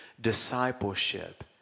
discipleship